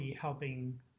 helping